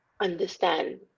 understand